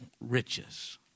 riches